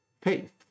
faith